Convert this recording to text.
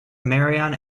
merion